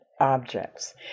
objects